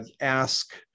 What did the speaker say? ask